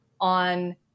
on